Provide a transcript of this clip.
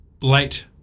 late